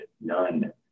None